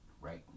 right